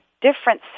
different